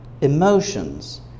emotions